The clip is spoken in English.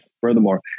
furthermore